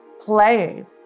playing